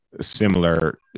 similar